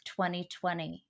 2020